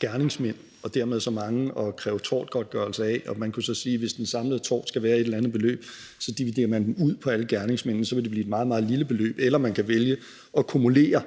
gerningsmænd og dermed så mange at kræve tortgodtgørelse af. Man kunne sige, at hvis den samlede tortgodtgørelse skulle være på et eller andet beløb, kunne man dividere beløbet ud til alle gerningsmændene, men så ville det blive et meget, meget lille beløb. Man kunne også vælge at akkumulere